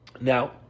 Now